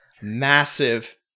Massive